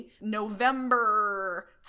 November